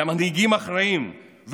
למנהיגים אחראים,